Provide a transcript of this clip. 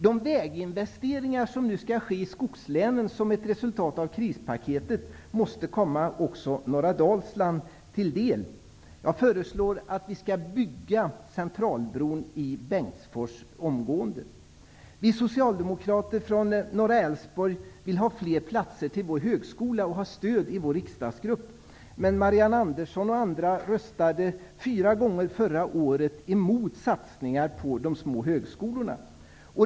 De väginvesteringar som skall ske i skogslänen som ett resultat av krispaketet måste komma också norra Dalsland till del. Jag föreslår att Centralbron i Bengtsfors skall byggas omgående. Vi socialdemokrater från Norra Älvsborg vill ha fler platser till vår högskola och har stöd för detta i vår riksdagsgrupp. Men Marianne Andersson och andra röstade fyra gånger förra året emot satsningar på de små högskolorna.